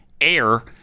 air